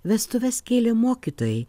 vestuves kėlė mokytojai